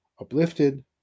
uplifted